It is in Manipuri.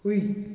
ꯍꯨꯏ